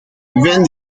when